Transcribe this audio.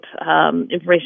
information